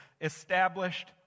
established